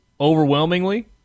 overwhelmingly